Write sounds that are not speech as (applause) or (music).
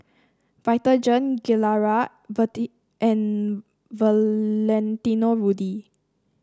Vitagen Gilera (unintelligible) and Valentino Rudy